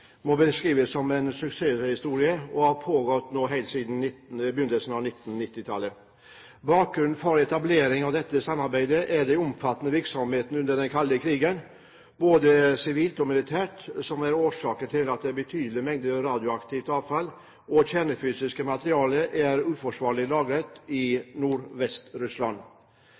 må beskrives som en suksesshistorie, og har pågått helt siden begynnelsen av 1990-tallet. Bakgrunnen for etableringen av dette samarbeidet er den omfattende virksomheten under den kalde krigen, både sivilt og militært, som er årsak til at betydelige mengder radioaktivt avfall og kjernefysisk materiale er uforsvarlig lagret i